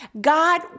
God